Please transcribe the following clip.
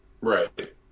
Right